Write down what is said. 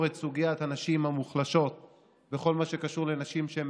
את סוגיית הנשים המוחלשות וכל מה שקשור לנשים שהן